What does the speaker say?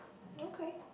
okay